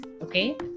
okay